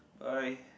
alright